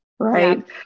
Right